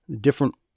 different